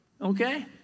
okay